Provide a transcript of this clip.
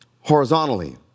horizontally